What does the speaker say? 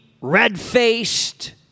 red-faced